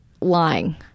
lying